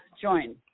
join